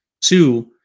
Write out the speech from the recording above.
Two